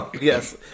Yes